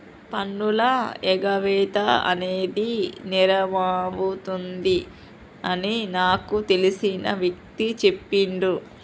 పన్నుల ఎగవేత అనేది నేరమవుతుంది అని నాకు తెలిసిన వ్యక్తి చెప్పిండు